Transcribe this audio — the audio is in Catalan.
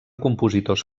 compositors